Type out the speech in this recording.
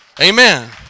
Amen